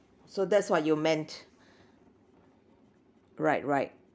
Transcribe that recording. so that's what you meant right right